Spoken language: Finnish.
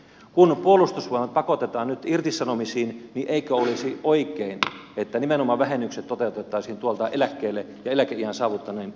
kun puolustusvoimat pakotetaan nyt irtisanomisiin niin eikö olisi oikein että nimenomaan vähennykset toteutettaisiin eläkeiän saavuttaneiden kohdalla